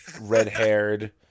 red-haired